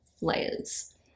layers